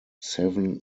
seven